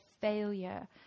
failure